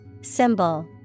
Symbol